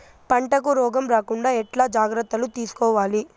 పంటకు రోగం రాకుండా ఎట్లా జాగ్రత్తలు తీసుకోవాలి?